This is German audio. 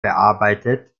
bearbeitet